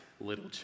little